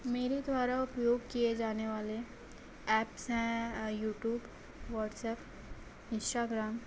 मेरे द्वारा उपयोग किए जाने वाले ऐप्स हैं यूट्यूब वॉट्सएप इंस्टाग्राम